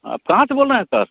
आप कहाँ से बोल रहें सर